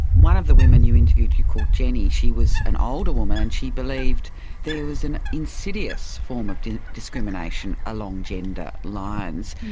one of the women you interviewed you called jenny. she was an older woman and she believed there was an insidious form of discrimination along gender lines.